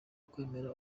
kwemera